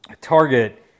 target